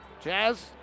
Jazz